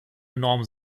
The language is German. enorm